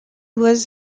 was